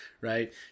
Right